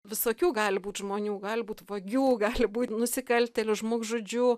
visokių gali būt žmonių gali būt vagių gali būt nusikaltėlių žmogžudžių